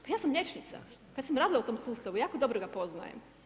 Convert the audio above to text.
Pa ja sam liječnica, ja sam radila u tom sustavu, jako dobro ga poznajem.